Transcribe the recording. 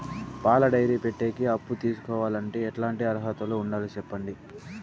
పాల డైరీ పెట్టేకి అప్పు తీసుకోవాలంటే ఎట్లాంటి అర్హతలు ఉండాలి సెప్పండి?